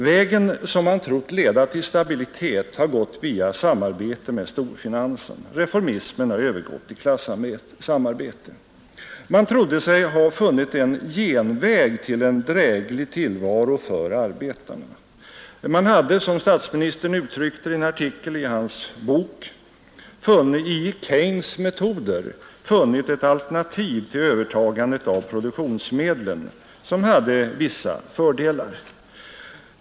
Vägen som man trott leda till stabilitet har gått via samarbete med storfinansen. Reformismen har övergått i klassamarbete. Man trodde sig ha funnit en genväg till en drägligare tillvaro för arbetarna. Man hade, som statsministern uttryckte det i en artikel i sin bok, i Keynes” metoder ”funnit ett alternativ till övertagandet av produktionsmedlen” som hade vissa fördelar.